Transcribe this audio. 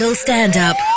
Stand-Up